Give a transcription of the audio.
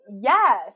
Yes